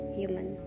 human